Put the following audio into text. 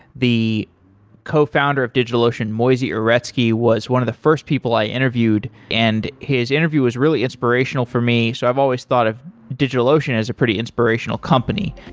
the cofounder of digitalocean, moisey uretsky, was one of the first people i interviewed, and his interview was really inspirational for me. so i've always thought of digitalocean as a pretty inspirational company.